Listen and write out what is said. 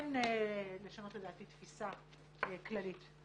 וכן לשנות לדעתי תפיסה כללית.